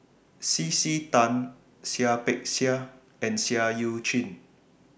C C Tan Seah Peck Seah and Seah EU Chin